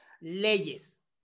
leyes